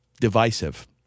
divisive